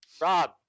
Rob